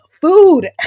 food